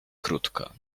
krótka